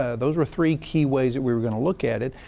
ah those were three key ways that we were going to look at it.